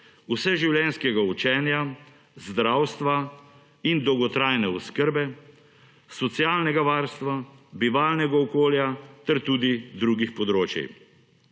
vseživljenjskega učenja, zdravstva in dolgotrajne oskrbe, socialnega varstva, bivalnega okolja ter tudi drugih področij.